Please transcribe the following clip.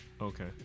Okay